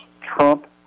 Trump